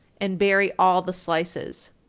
and bury all the slices.